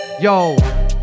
yo